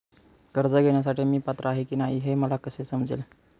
कर्ज घेण्यासाठी मी पात्र आहे की नाही हे मला कसे समजेल?